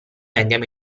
andiamo